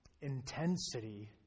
intensity